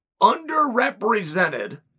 underrepresented